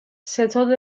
ستاد